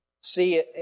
see